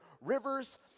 rivers